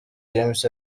james